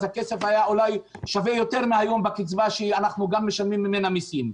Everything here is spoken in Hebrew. אז הכסף היה אולי שווה יותר מהיום בקצבה שאנחנו גם משלמים ממנה מסים.